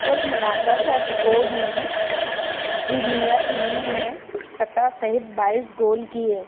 कुल मिलाकर रशफोर्ड ने प्रीमियर लिंग में सत्रह सहित बाइस गोल किए